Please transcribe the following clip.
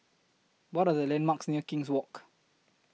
What Are The landmarks near King's Walk